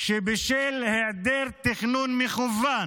שבשל היעדר תכנון מכוון